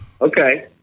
Okay